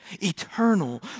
eternal